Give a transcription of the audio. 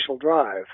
drive